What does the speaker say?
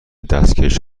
دستکش